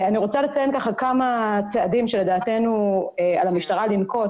אני רוצה לציין כמה צעדים שלדעתנו על המשטרה לנקוט